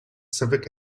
civic